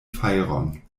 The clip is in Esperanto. fajron